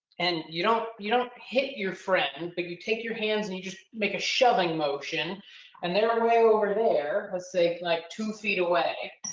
and you don't you don't hit your friend, and but you take your hands and you just make a shoving motion and they're are way over there. let's say like two feet away,